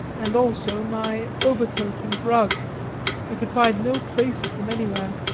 and also my overcoat and rug i could find no trace of them anywhere.